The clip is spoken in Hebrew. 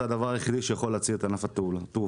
זה הדבר היחידי שיכול להציל את ענף התעופה.